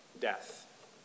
death